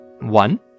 One